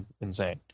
insane